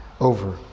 over